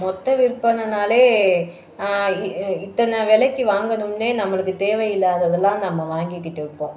மொத்த விற்பனைனாலே இ இ இத்தனை விலைக்கு வாங்கணும்னே நம்மளுக்கு தேவை இல்லாததெல்லாம் நம்ம வாங்கிகிட்டு இருப்போம்